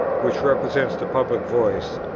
which represents the public voice,